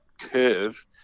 curve